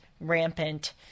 rampant